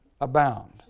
abound